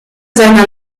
seiner